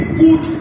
good